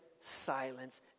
silence